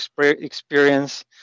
experience